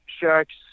sharks